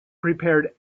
prepared